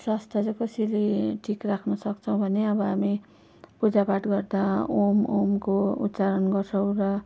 स्वास्थ चाहिँ कसरी ठिक राख्नु सक्छौँ भने अब हामी पूजापाठ गर्दा ओम् ओमको उच्चारण गर्छौँ र